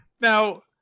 now